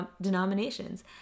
denominations